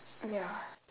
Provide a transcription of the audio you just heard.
ya